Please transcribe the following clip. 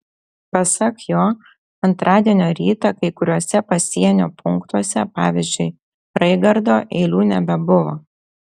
pasak jo antradienio rytą kai kuriuose pasienio punktuose pavyzdžiui raigardo eilių nebebuvo